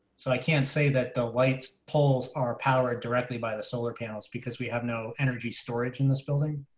so i can't say that the light poles are powered directly by the solar panels, because we have no energy storage in this building.